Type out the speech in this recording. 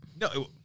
No